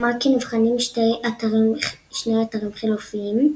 אמר כי נבחנים שני אתרים חלופיים,